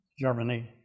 Germany